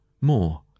more